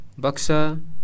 baksa